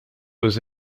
was